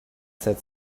said